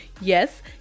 Yes